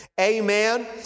amen